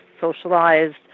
socialized